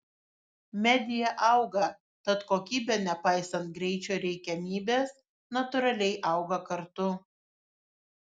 media auga tad kokybė nepaisant greičio reikiamybės natūraliai auga kartu